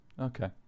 Okay